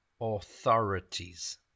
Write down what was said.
authorities